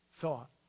thought